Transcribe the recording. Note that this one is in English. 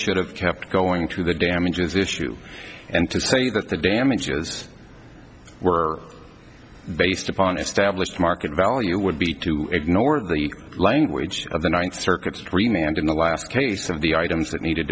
should have kept going through the damages issue and to say that the damages were based upon established market value would be to ignore the language of the ninth circuit's remained in the last case of the items that needed